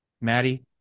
Maddie